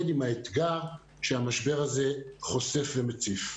עם האתגר שהמשבר הזה חושף ומציף.